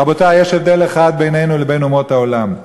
רבותי, יש הבדל אחד בינינו לבין אומות העולם.